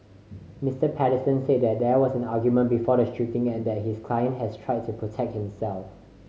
Mister Patterson said that there was an argument before the shooting and that his client had tried to protect himself